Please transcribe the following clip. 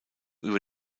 über